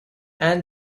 and